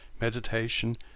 Meditation